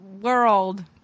world